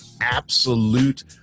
absolute